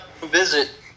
visit